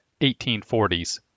1840s